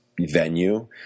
venue